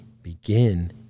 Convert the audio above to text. Begin